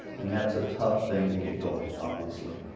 and that's a tough thing to get going, obviously.